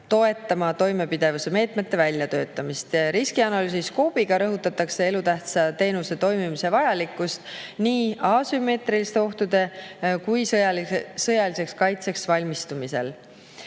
toetama toimepidevuse meetmete väljatöötamist. Riskianalüüsi skoobiga rõhutatakse elutähtsa teenuse toimimise vajalikkust nii asümmeetriliste ohtude kui sõjaliseks kaitseks valmistumise